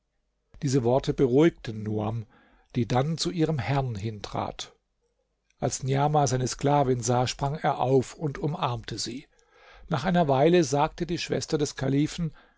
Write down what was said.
diese worte beruhigten nuam die dann zu ihrem herrn hintrat als niamah seine sklavin sah sprang er auf und umarmte sie nach einer weile sagte die schwester des kalifen